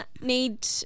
need